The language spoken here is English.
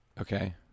Okay